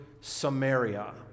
Samaria